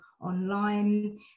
online